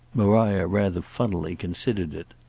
maria rather funnily considered it.